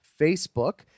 Facebook